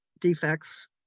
defects